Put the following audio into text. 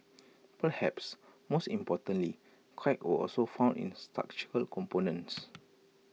perhaps most importantly cracks were also found in structural components